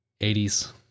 80s